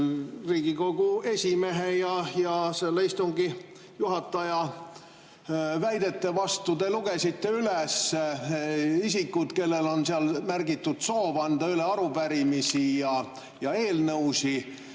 Riigikogu esimehe ja selle istungi juhataja väidete vastu. Te lugesite ette isikud, kes on märkinud soovi anda üle arupärimisi ja eelnõusid.